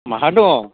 बहा दं